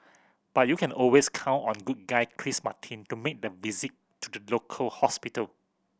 but you can always count on good guy Chris Martin to make the visit to the local hospital